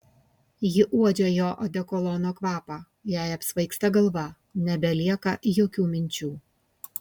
ji uodžia jo odekolono kvapą jai apsvaigsta galva nebelieka jokių minčių